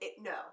No